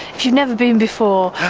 if you've never been before,